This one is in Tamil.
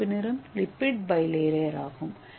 சிவப்பு நிறம் லிப்பிட் பிளேயர் ஆகும்